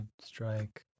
strike